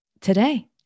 today